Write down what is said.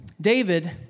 David